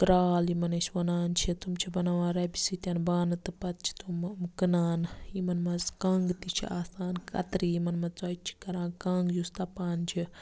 کرال یِمَن ٲسۍ وَنان چھِ تِم چھِ بَناوان رَبہِ سۭتۍ بانہٕ تہٕ پَتہٕ چھِ تِم کٕنان یِمَن منٛز کَنٛگ تہِ چھِ آسان کَترِ یِمَن منٛز ژۄچہِ چھِ کَران کَنٛگ یُس تَپان چھِ